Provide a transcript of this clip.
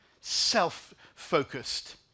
self-focused